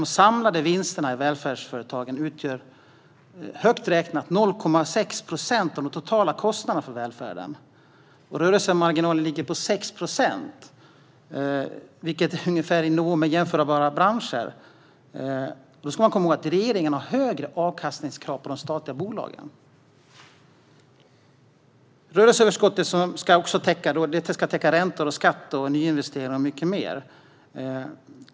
De samlade vinsterna i välfärdsföretagen utgör högt räknat 0,6 procent av den totala kostnaden för välfärden. Rörelsemarginalen ligger på 6 procent, vilket är ungefär i nivå med jämförbara branscher. Man ska komma ihåg att regeringen har högre avkastningskrav på de statliga bolagen. Rörelseöverskottet ska täcka räntor, skatt, nyinvesteringar och mycket mer.